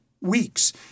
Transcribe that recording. weeks